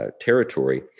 territory